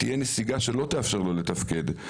תהיה נסיגה שלא תאפשר לו לתפקד.